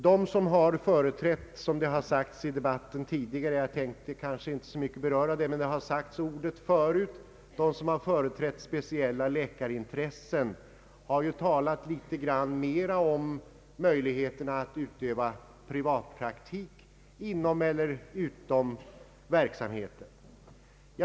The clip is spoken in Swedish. De som har företrätt speciella läkarintressen — uttrycket har använts tidigare i debatten — har talat litet mer om möjligheten att utöva privatpraktik inom eller utom verksamheten.